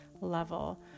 level